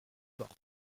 porte